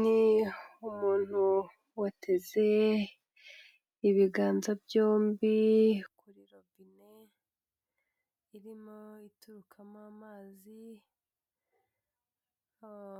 Ni umuntu wateze ibiganza byombi kuri robine irimo iturukamo amazi